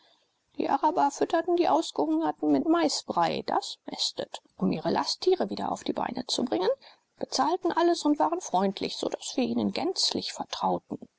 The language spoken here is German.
die araber fütterten die ausgehungerten mit maisbrei das mästet um ihre lasttiere wieder auf die beine zu bringen bezahlten alles und waren freundlich so daß wir ihnen gänzlich vertrauten